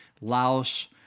Laos